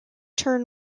turn